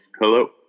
Hello